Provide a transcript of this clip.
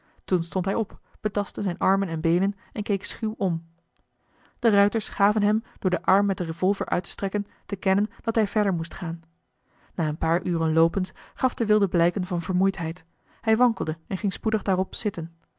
toen stond hij op betastte zijne armen en beenen en keek schuw om de ruiters gaven hem door den arm met de revolver uit te strekken te kennen dat hij verder moest gaan na een paar uren loopens gaf de wilde blijken van vermoeidheid hij wankelde en ging spoedig daarop zitten